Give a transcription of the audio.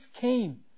came